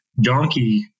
donkey